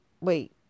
wait